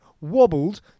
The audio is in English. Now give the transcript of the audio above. wobbled